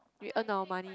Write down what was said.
we earn our money